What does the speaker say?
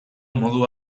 modu